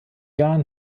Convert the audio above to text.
jahren